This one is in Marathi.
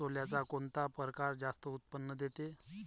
सोल्याचा कोनता परकार जास्त उत्पन्न देते?